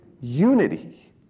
unity